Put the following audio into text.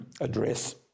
address